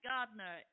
Gardner